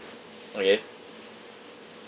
okay